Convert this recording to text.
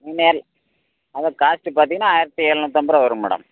நேரில் அதான் காஸ்ட்டு பார்த்தீங்கன்னா ஆயிரத்தி எழுநூற்றைம்பது ரூபாய் வரும் மேடம்